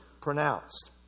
pronounced